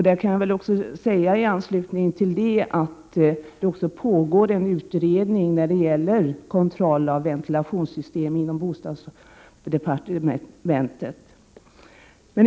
I anslutning till detta kan jag meddela att det pågår en utredning när det gäller kontroll av ventilationssystem inom bostadsdepartementet.